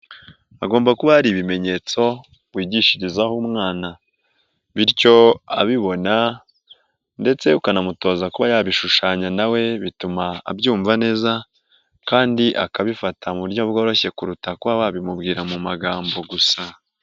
Hagomba kuba hari ibimenyetso wigishirizaho umwana, bityo abibona ndetse ukanamutoza kuba yabishushanya nawe bituma abyumva neza kandi akabifata mu buryo bworoshye kuruta kuba wabimubwira mu magambo gusa.